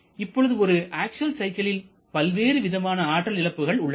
இப்பொழுது ஒரு அக்சுவல் சைக்கிளில் பல்வேறு விதமான ஆற்றல் இழப்புகள் உள்ளன